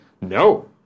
No